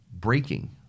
breaking